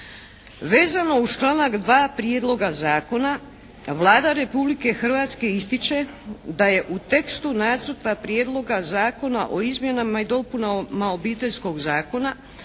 "Vezano uz članak 2. prijedloga zakona Vlada Republike Hrvatske ističe da je u tekstu Nacrta prijedloga Zakona o izmjenama i dopunama Obiteljskog zakona